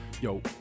yo